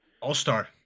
All-star